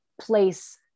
place